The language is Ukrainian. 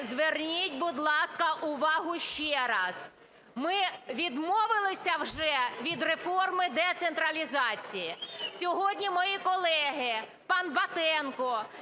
зверніть, будь ласка, увагу ще раз. Ми відмовилися вже від реформи децентралізації? Сьогодні мої колеги, пан Батенко,